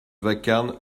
vacarme